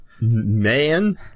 Man